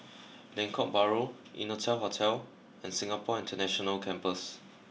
Lengkok Bahru Innotel Hotel and Singapore International Campus